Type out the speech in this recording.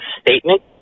statement